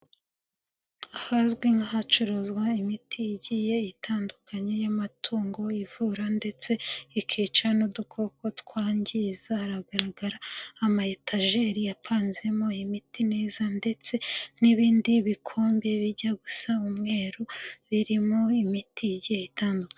Ahazwi nk'ahacuruzwa imiti igiye itandukanye y'amatungo, ivura ndetse ikica n'udukoko twangiza, haragaragara ama etageri apanzemo imiti neza ndetse n'ibindi bikombe bijya gusa umweru, birimo imiti igiye itandukanye.